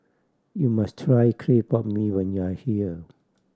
you must try clay pot mee when you are here